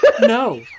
No